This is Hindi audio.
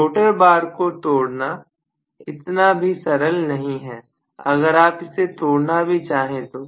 रोटर बार को तोड़ना इतना भी सरल नहीं है अगर आप इसे तोड़ना भी चाहे तो